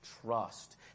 trust